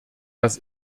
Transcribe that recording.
das